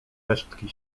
resztki